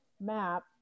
map